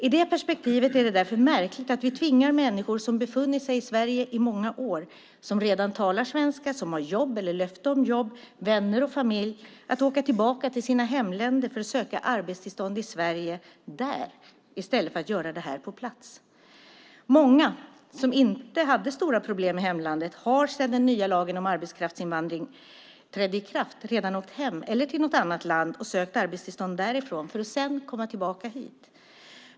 I det perspektivet är det därför märkligt att vi tvingar människor som har befunnit sig i Sverige i många år, som redan talar svenska, som har jobb eller löfte om jobb, vänner och familj att åka tillbaka till sina hemländer för att söka arbetstillstånd i Sverige där i stället för att göra det här på plats. Många som inte hade några stora problem i hemlandet har sedan den nya lagen om arbetskraftsinvandring trädde i kraft redan åkt hem eller till något annat land och sökt arbetstillstånd därifrån för att sedan komma tillbaka hit.